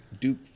Duke